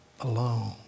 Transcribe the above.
alone